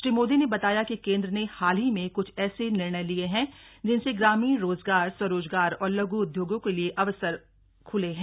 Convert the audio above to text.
श्री मोदी ने बताया कि केन्द्र ने हाल ही में कुछ ऐसे निर्णय लिये है जिनसे ग्रामीण रोजगार स्व रोजगार और लघु उद्योगों के लिए नये अवसर खुले हैं